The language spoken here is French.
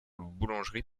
boulangerie